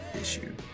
issue